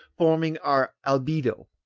forming our albedo,